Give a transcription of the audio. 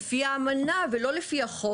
בהחלטה 1901 לטיפול בשריפות הם הקצו